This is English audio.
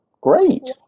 Great